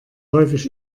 häufig